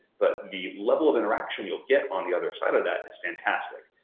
but the level of interaction you'll get on the other side of that is fantastic.